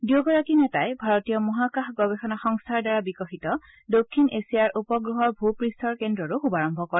দুয়োগৰাকী নেতাই ভাৰতীয় মহাকাশ গৱেষণা সংস্থাৰ দ্বাৰা বিকশিত দক্ষিণ এছিয়াৰ উপগ্ৰহৰ ভূ পূষ্ঠৰ কেদ্ৰৰো শুভাৰম্ভ কৰে